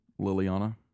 Liliana